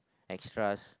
extras